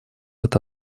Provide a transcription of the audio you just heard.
это